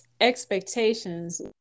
expectations